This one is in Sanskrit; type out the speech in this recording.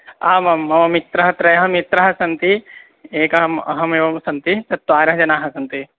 आमां मम मित्रं त्रयः मित्रं सन्ति एकम् अहमेव सन्ति चत्वारः जनाः सन्ति